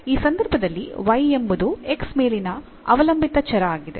ಈ ಸಂದರ್ಭದಲ್ಲಿ y ಎಂಬುದು x ಮೇಲಿನ ಅವಲಂಬಿತ ಚರ ಆಗಿದೆ